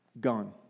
Gone